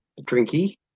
Drinky